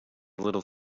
little